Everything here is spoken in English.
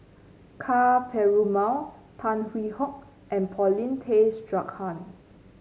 Ka Perumal Tan Hwee Hock and Paulin Tay Straughan